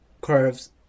curves